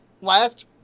last